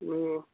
হুঁ